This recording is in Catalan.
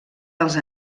dels